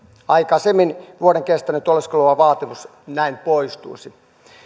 aikaisempi vuoden kestävän oleskeluluvan vaatimus näin poistuisi